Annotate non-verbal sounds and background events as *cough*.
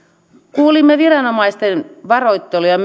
kuulimme viranomaisten varoitteluja *unintelligible*